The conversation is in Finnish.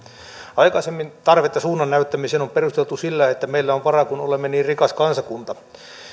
aikaisemmin tarvetta suunnannäyttämiseen on perusteltu sillä että meillä on varaa kun olemme niin rikas kansakunta